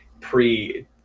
pre